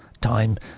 Time